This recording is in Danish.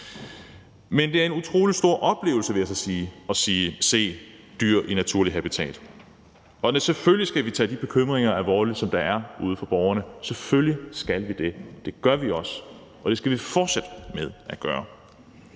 Men det er en utrolig stor oplevelse, vil jeg så sige, at se dyr i deres naturlige habitat, og selvfølgelig skal vi tage de bekymringer alvorligt, som der er ude hos borgerne – selvfølgelig skal vi det. Det gør vi også, og det skal vi fortsætte med at gøre.